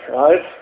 right